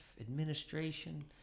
administration